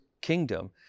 kingdom